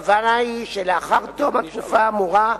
הכוונה היא שלאחר תום התקופה האמורה,